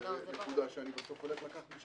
וזו נקודה שאני בסוף הולך לקחת משם.